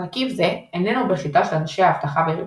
מרכיב זה איננו בשליטה של אנשי האבטחה בארגון.